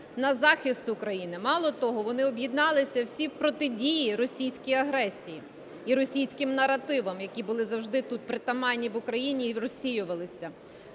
на захист України. Мало того, вони об'єдналися всі в протидії російській агресії і російським наративам, які були завжди тут притаманні в Україні і розсіювалися.